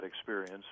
experience